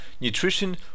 nutrition